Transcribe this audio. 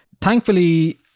Thankfully